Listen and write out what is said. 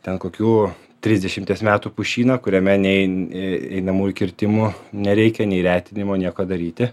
ten kokių trisdešimties metų pušyną kuriame nei einamųjų kirtimų nereikia nei retinimo nieko daryti